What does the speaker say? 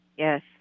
Yes